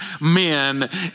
men